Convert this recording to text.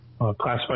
classified